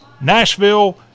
Nashville